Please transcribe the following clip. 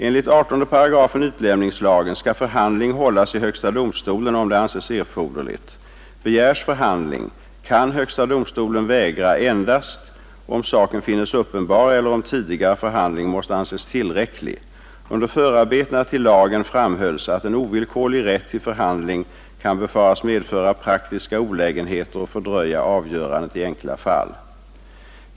Enligt 18 8 utlämningslagen skall förhandling hållas i högsta domstolen, om det anses erforderligt. Begärs förhandling, kan högsta domstolen vägra endast om saken finnes uppenbar eller om tidigare förhandling måste anses tillräcklig. Under förarbetena till lagen framhölls att en ovillkorlig rätt till förhandling kan befaras medföra praktiska olägenheter och fördröja avgörandet i enkla fall.